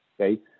Okay